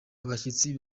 abashyitsi